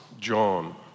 John